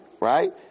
Right